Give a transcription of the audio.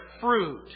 fruit